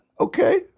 Okay